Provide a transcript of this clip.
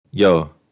Yo